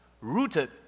rooted